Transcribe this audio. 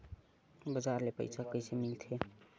बजार ले पईसा कइसे मिलथे?